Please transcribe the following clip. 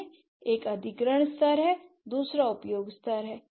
एक अधिग्रहण स्तर है दूसरा उपयोग स्तर है